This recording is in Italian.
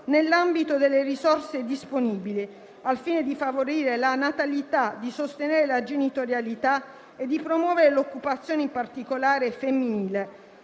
nell'ambito delle risorse disponibili, al fine di favorire la natalità, di sostenere la genitorialità e di promuovere l'occupazione, in particolare femminile.